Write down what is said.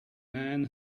man